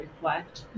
reflect